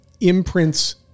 imprints